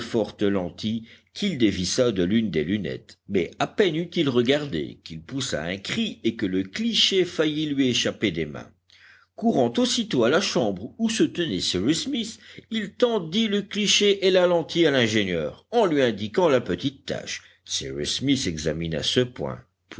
lentille qu'il dévissa de l'une des lunettes mais à peine eut-il regardé qu'il poussa un cri et que le cliché faillit lui échapper des mains courant aussitôt à la chambre où se tenait cyrus smith il tendit le cliché et la lentille à l'ingénieur en lui indiquant la petite tache cyrus smith examina ce point